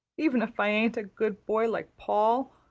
even if i ain't a good boy like paul?